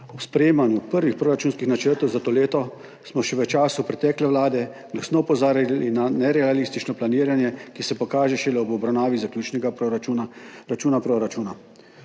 Ob sprejemanju prvih proračunskih načrtov za to leto smo še v času pretekle vlade glasno opozarjali na nerealistično planiranje, ki se pokaže šele ob obravnavi zaključnega računa proračuna.